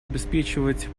обеспечивать